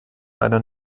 leider